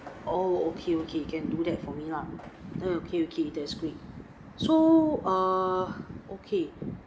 oh okay okay can do that for me lah okay okay that's great so uh okay